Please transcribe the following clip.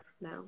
No